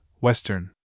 Western